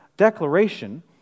declaration